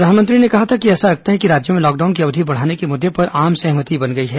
प्रधानमंत्री ने कहा था कि ऐसा लगता है कि राज्यों में लॉकडाउन की अवधि बढ़ाने के मुद्दे पर आम सहमति बन गई है